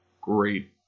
great